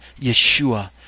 Yeshua